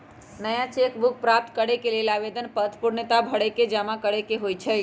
नया cheque book प्राप्त करेके लेल आवेदन पत्र पूर्णतया भरके जमा करेके होइ छइ